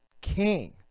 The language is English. king